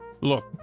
Look-